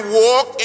walk